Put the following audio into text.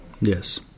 Yes